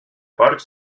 porcs